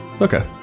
Okay